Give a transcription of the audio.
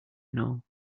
know